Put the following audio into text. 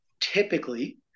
typically –